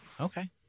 okay